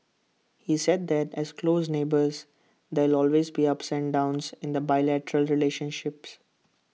he said that as close neighbours there always be ups and downs in the bilateral relationship